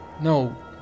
No